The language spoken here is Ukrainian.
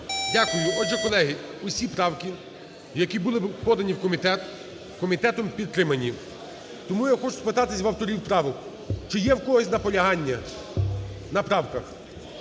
Дякую. Отже, колеги, усі правки, які були подані в комітет, комітетом підтримані. Тому я хочу спитатися в авторів правок, чи є у когось наполягання на правках?